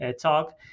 talk